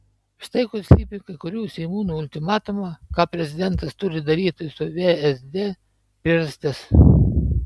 štai kur slypi kai kurių seimūnų ultimatumo ką prezidentas turi daryti su vsd priežastis